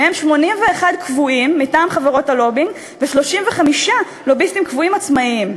מהם 81 קבועים מטעם חברות הלובינג ו-35 לוביסטים קבועים עצמאים.